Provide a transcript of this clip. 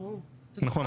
זאת אומרת,